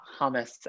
hummus